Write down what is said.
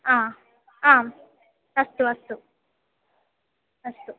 आ आम् अस्तु अस्तु अस्तु